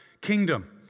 kingdom